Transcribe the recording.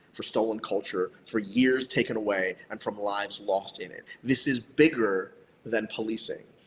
for stolen culture, for years taken away and for lives lost in it. this is bigger than policing.